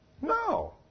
No